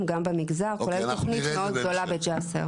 גם במגזר כולל תוכנית מאוד גדולה בג'סר